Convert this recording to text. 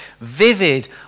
vivid